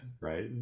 right